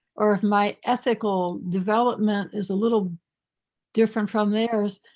or if my ethical development is a little different from theirs,